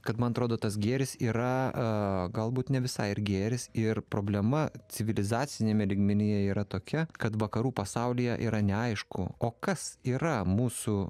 kad man atrodo tas gėris yra galbūt ne visai ir gėris ir problema civilizaciniame lygmenyje yra tokia kad vakarų pasaulyje yra neaišku o kas yra mūsų